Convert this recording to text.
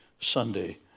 Sunday